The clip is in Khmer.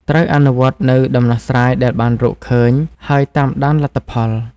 ត្រូវអនុវត្តនូវដំណោះស្រាយដែលបានរកឃើញ ហើយតាមដានលទ្ធផល។